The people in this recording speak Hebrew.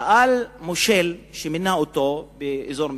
הוא שאל מושל שהוא מינה באזור מסוים: